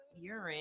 urine